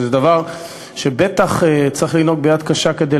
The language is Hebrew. שזה דבר שבטח צריך לנהוג ביד קשה כדי